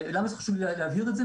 למה חשוב לי להבהיר את זה?